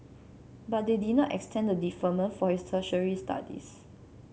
but they did not extend the deferment for his tertiary studies